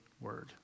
word